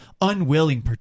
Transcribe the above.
unwilling